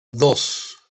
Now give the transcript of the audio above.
dos